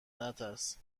نترس